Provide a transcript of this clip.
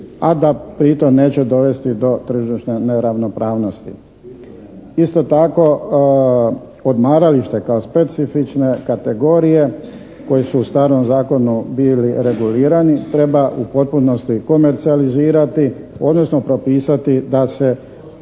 a da pri tom neće dovesti do tržišne neravnopravnosti. Isto tako odmaralište kao specifične kategorije koje su u starom zakonu bili regulirani treba u potpunosti komercijalizirati odnosno propisati da